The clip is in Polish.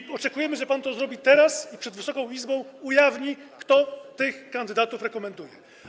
I oczekujemy, że pan to zrobi teraz i przed Wysoką Izbą ujawni, kto tych kandydatów rekomenduje.